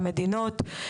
של המדינות.